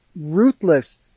ruthless